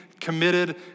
committed